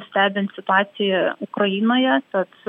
stebint situaciją ukrainoje tad